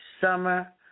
summer